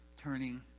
turning